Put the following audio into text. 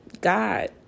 God